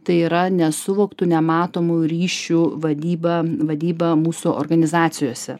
tai yra nesuvoktų nematomų ryšių vadyba vadyba mūsų organizacijose